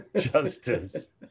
justice